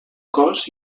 cos